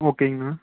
ஓகேங்கண்ணா